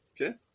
Okay